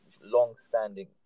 long-standing